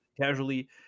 casually